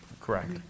Correct